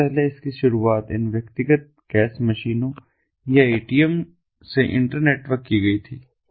सबसे पहले इसकी शुरुआत इन व्यक्तिगत कैश मशीनों या एटीएम से इंटरनेटवर्क की गई थी